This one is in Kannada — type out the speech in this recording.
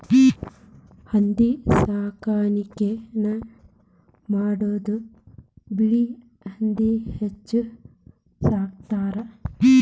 ಹಂದಿ ಸಾಕಾಣಿಕೆನ ಮಾಡುದು ಬಿಳಿ ಹಂದಿನ ಹೆಚ್ಚ ಸಾಕತಾರ